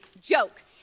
joke